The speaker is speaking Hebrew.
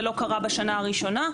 זה לא קרה בשנה הראשונה,